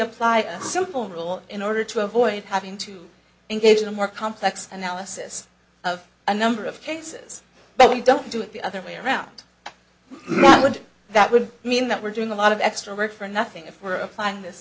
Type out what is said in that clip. apply simple rule in order to avoid having to engage in a more complex analysis of a number of cases but we don't do it the other way around would that would mean that we're doing a lot of extra work for nothing if we are applying this